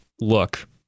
look